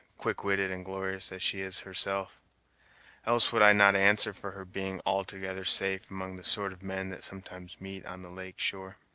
quick-witted and glorious as she is herself else would i not answer for her being altogether safe among the sort of men that sometimes meet on the lake shore.